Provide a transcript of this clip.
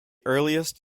earliest